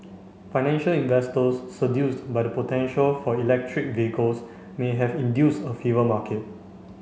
financial investors seduced by the potential for electric vehicles may have induced a fever market